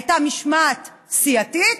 הייתה משמעת סיעתית,